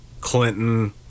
Clinton